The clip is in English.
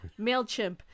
Mailchimp